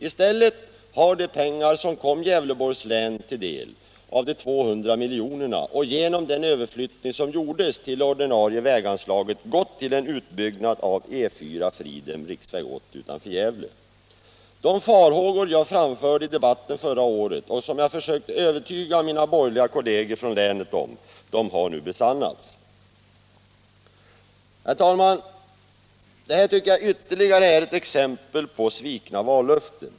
I stället har de pengar som kom Gävleborgs län till del av de 200 miljonerna och genom den överflyttning som gjordes till det ordinarie väganslaget gått till en utbyggnad av E 4 Fridhem-riksväg 80 utanför Gävle. De farhågor jag framförde i debatten förra året och försökte delge mina borgerliga kolleger från länet har nu besannats. Detta är, tycker jag, ytterligare ett exempel på svikna vallöften.